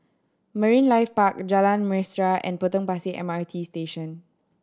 Marine Life Park Jalan Mesra and Potong Pasir M R T Station